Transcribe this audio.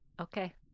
Okay